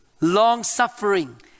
long-suffering